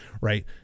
Right